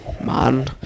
man